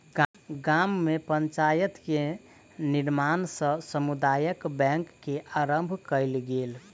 गाम में पंचायत के निर्णय सॅ समुदाय बैंक के आरम्भ कयल गेल